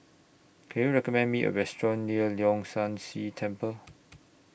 Can YOU recommend Me A Restaurant near Leong San See Temple